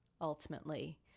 ultimately